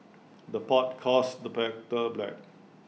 the pot calls the black